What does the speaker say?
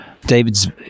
David's